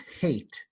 hate